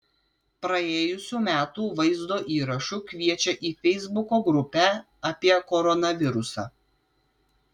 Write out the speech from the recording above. praėjusių metų vaizdo įrašu kviečia į feisbuko grupę apie koronavirusą